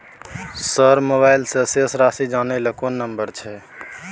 Sir mobile से शेस राशि जानय ल कोन नंबर छै?